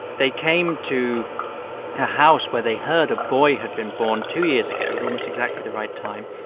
they came to a house where they heard a boy had been born two years ago at almost exactly the right time,